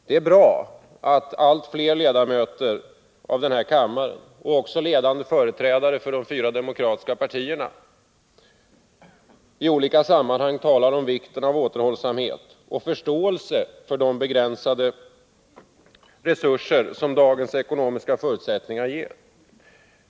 Det är bra att allt fler ledamöter av den här kammaren, och också ledande företrädare för de fyra demokratiska partierna, i olika sammanhang talar om vikten av återhållsamhet och förståelse för de begränsade resurser som dagens ekonomiska förutsättningar ger.